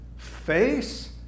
Face